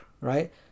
right